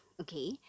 Okay